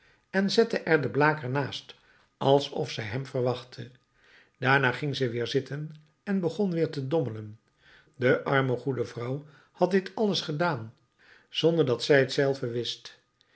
en zette er den blaker naast alsof zij hem verwachtte daarna ging ze weer zitten en begon weer te dommelen de arme goede vrouw had dit alles gedaan zonder dat zij t zelve wist